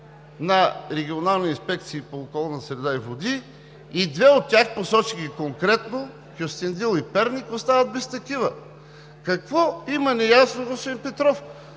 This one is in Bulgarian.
на регионални инспекции по околната среда и водите и две от тях, посочи ги конкретно – Кюстендил и Перник, остават без такива. Какво неясно има, господин Петров?